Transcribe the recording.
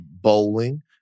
bowling